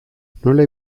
nola